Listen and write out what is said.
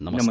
नमस्कार